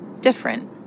different